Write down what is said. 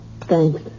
Thanks